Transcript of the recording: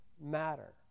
matter